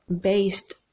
based